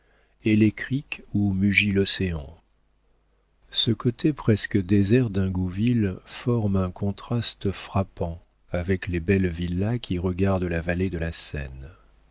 les criques où mugit l'océan ce côté presque désert d'ingouville forme un contraste frappant avec les belles villas qui regardent la vallée de la seine